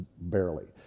barely